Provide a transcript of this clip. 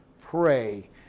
pray